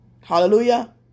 Hallelujah